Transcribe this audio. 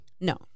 No